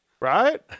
Right